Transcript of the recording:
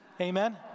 Amen